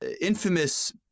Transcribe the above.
infamous